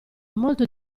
molto